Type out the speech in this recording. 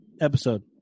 episode